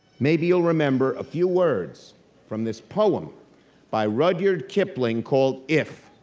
maybe you'll remember a few words from this poem by rudyard kipling called, if.